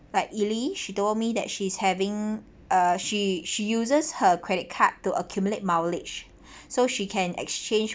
like elly she told me that she is having uh she she uses her credit card to accumulate mileage so she can exchange